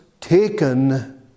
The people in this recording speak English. taken